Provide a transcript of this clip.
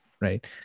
Right